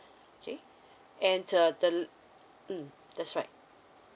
K and uh the mm that's right